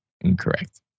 Incorrect